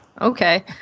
Okay